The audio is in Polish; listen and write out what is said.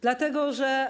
Dlatego że.